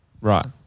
Right